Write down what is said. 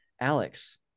Alex